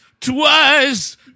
twice